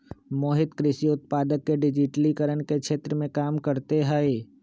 मोहित कृषि उत्पादक के डिजिटिकरण के क्षेत्र में काम करते हई